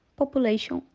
population